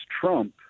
Trump